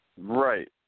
Right